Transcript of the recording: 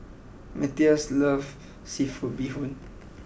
Matthias love Seafood Bee Hoon